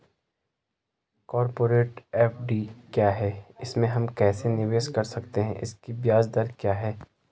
Corporate FD क्या है इसमें हम कैसे निवेश कर सकते हैं इसकी ब्याज दर क्या है?